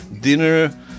dinner